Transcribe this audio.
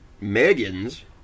Megan's